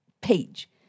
page